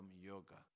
Yoga